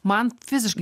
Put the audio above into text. man fiziškai